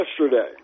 yesterday